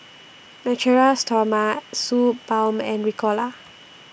Natura Stoma Suu Balm and Ricola